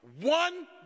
One